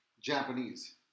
Japanese